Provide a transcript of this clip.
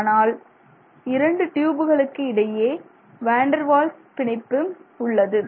ஆனால் இரண்டு ட்யூபுகளுக்கு இடையே வாண்டர்வால்ஸ் பிணைப்பு உள்ளது